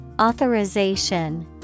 authorization